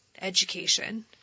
education